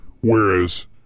Whereas